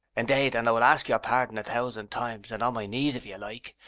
indade and i will ask your pardon a thousand times and on my knees, if ye like.